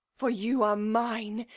for you are mine,